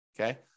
Okay